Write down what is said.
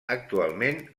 actualment